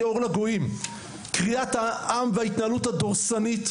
כאור לגויים; קריעת העם וההתנהלות הדורסנית,